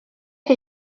que